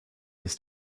this